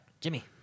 Jimmy